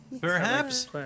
Perhaps